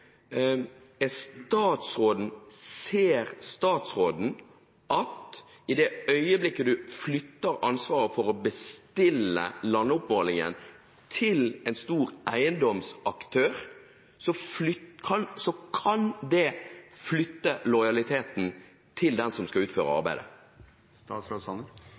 øyeblikket man flytter ansvaret for å bestille landoppmålingen til en stor eiendomsaktør, kan det flytte lojaliteten til den som skal utføre